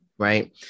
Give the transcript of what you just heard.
Right